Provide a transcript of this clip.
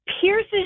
pierces